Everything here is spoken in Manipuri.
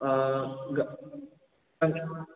ꯑꯥ